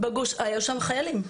היו שם חיילים.